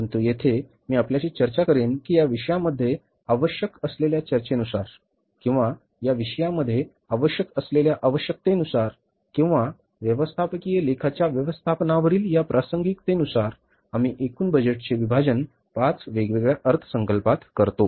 परंतु येथे मी आपल्याशी चर्चा करेन की या विषयामध्ये आवश्यक असलेल्या चर्चेनुसार किंवा या विषयामध्ये आवश्यक असलेल्या आवश्यकतेनुसार किंवा व्यवस्थापकीय लेखाच्या व्यवस्थापनावरील या प्रासंगिकतेनुसार आम्ही एकूण बजेटचे विभाजन पाच वेगवेगळ्या अर्थसंकल्पात करतो